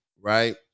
right